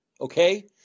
Okay